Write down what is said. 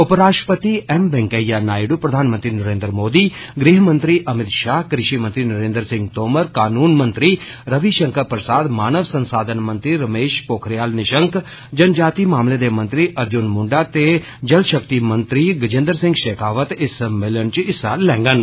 उप राष्ट्रपति एम वैकेइया नायडू प्रधानमंत्री नरेन्द्र मोदी गृहमंत्री अमित शाह कृषि मंत्री नरेन्द्र सिंह तोमर कानून मंत्री रवि शंकर प्रसाद मानव संसाधन मंत्री रमेश पोखरयाल निशंक जन जातिय मामले दे मंत्री अर्जून म्ंडा ते जल शक्ति मंत्री गजेन्द्र सिंह शेखावत इस सम्मेलन च हिस्सा लैगंन